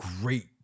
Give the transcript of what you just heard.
great